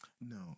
no